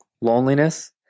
loneliness